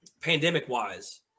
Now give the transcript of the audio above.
pandemic-wise